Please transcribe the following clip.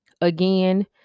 Again